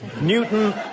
Newton